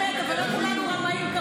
מת, אבל לא כולנו רמאים כמוך.